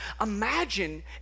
Imagine